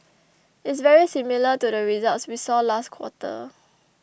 it's very similar to the results we saw last quarter